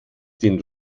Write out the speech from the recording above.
den